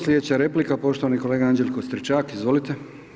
Slijedeća replika poštovani kolega Anđelko Stričak, izvolite.